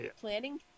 Planning